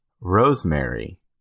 rosemary